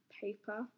paper